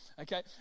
Okay